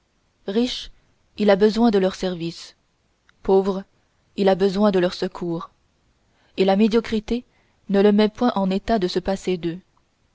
riche il a besoin de leurs services pauvre il a besoin de leur secours et la médiocrité ne le met point en état de se passer d'eux